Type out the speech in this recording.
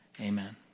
Amen